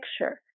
picture